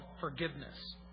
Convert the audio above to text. forgiveness